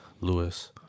Lewis